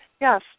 Yes